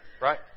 right